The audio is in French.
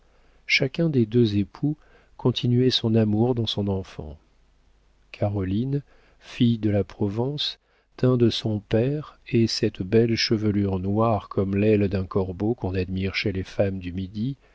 chacun des deux époux continuait son amour dans son enfant caroline fille de la provence tint de son père et cette belle chevelure noire comme l'aile d'un corbeau qu'on admire chez les femmes du midi